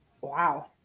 wow